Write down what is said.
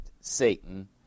Satan